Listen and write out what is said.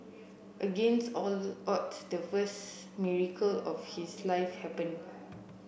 against all odds the first miracle of his life happened